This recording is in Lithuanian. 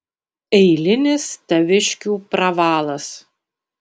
eilinis taviškių pravalas